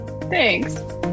Thanks